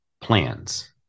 plans